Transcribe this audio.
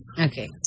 Okay